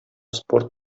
спорт